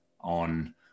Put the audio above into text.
on